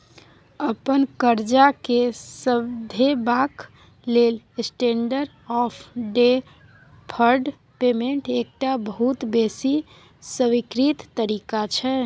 अपन करजा केँ सधेबाक लेल स्टेंडर्ड आँफ डेफर्ड पेमेंट एकटा बहुत बेसी स्वीकृत तरीका छै